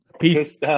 Peace